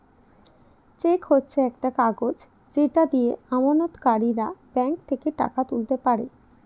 check হচ্ছে একটা কাগজ যেটা দিয়ে আমানতকারীরা ব্যাঙ্ক থেকে টাকা তুলতে পারে